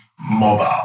mobile